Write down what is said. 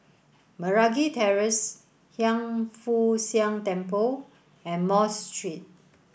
Meragi Terrace Hiang Foo Siang Temple and Mosque Street